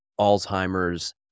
Alzheimer's